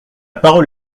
parole